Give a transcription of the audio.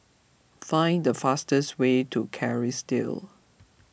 find the fastest way to Kerrisdale